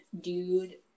dude